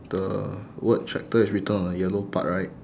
the word tractor is written on the yellow part right